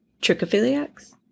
Trichophiliacs